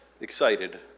excited